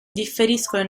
differiscono